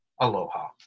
Aloha